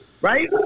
Right